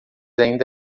ainda